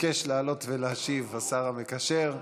מתעקש לעלות ולהשיב השר המקשר,